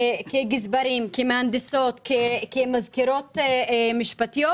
גזברים, מהנדסות, יועצות משפטיות